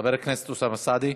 חבר הכנסת אוסאמה סעדי.